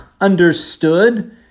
understood